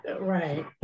right